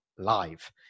live